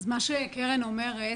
מה שקרן אומרת,